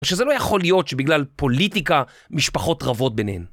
שזה לא יכול להיות שבגלל פוליטיקה משפחות רבות ביניהן.